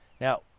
Now